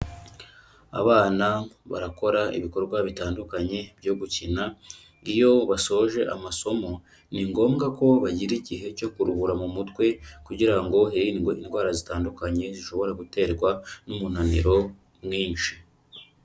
Abana barakora ibikorwa bitandukanye byo gukina, ngo iyo basoje amasomo ni ngombwa ko bagira igihe cyo kuruhura mu mutwe kugira ngo hirindwe indwara zitandukanye zishobora guterwa n'umunaniro mwinshi.